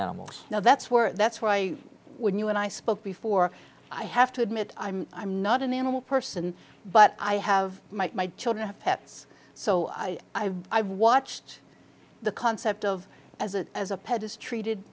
animals now that's where that's why when you and i spoke before i have to admit i'm i'm not an animal person but i have my children have pets so i i i've watched the concept of as a as a pet is treated